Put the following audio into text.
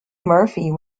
murphy